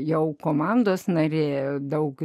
jau komandos narė daug